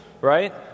right